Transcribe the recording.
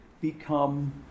become